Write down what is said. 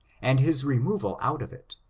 and his removal out of it,